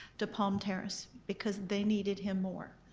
to palm terrace. because they needed him more.